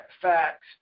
facts